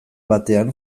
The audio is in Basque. batean